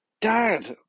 Dad